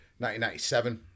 1997